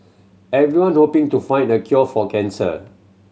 everyone hoping to find a cure for cancer